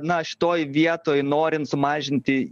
na šitoj vietoj norint sumažinti